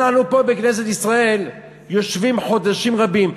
אנחנו פה, בכנסת ישראל, יושבים חודשים רבים.